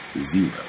zero